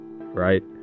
right